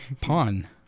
pawn